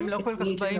הם לא כל כך באים.